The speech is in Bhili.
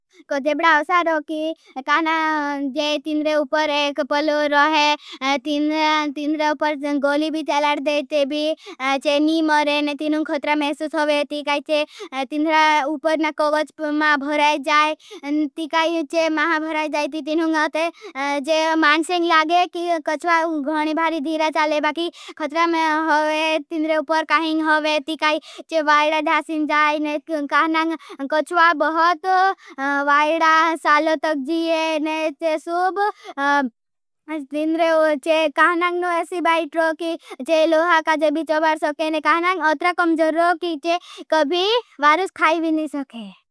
कोई जेब्डा उसारो की। काना जे तिंद्रे उपर एक पल रहे, तिंद्रे उपर गोली भी चलाड देचे भी। चे नी मरे ने तिनुंग ख़त्रा मेसूस होगे। ती काई जे तिंद्रे उपर ना कवज मा भुराई जाई। ती काई जे महा भुराई जाई ती तिनुंग अते जे मान्सेंग लागे कि कश्वा गोने भारी धीरा चले। बाकि ख़त्रा में होगे, तिंद्रे उपर काहिंग होगे। ती काई जे वाइडा धासिंग जाई। ती काहिंग कश्वा बहुत वाइडा सालो तक जीए। ती काहिंग अत्रा कम्जर रोगी। ती काहिंग वारुस खाई भी नी सके।